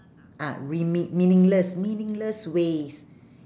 ah meaning meaningless meaningless ways